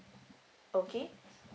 okay